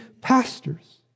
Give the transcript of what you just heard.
pastors